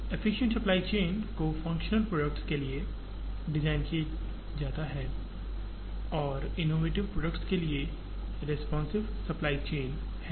efficient supply chain को functional products के लिए डिज़ाइन किया जाता है और इनोवेटिव प्रोडक्ट्स के लिए रेस्पॉन्सिव सप्लाई चेन है